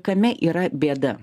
kame yra bėda